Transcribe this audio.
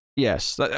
Yes